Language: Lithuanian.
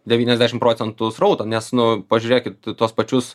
devyniasdešim procentų srauto nes nu pažiūrėkit tuos pačius